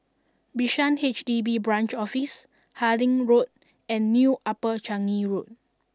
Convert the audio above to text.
Bishan H D B Branch Office Harding Road and New Upper Changi Road